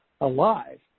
alive